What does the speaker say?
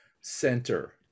center